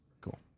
Cool